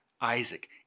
Isaac